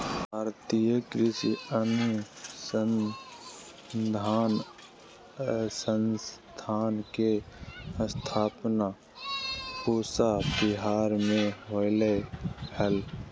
भारतीय कृषि अनुसंधान संस्थान के स्थापना पूसा विहार मे होलय हल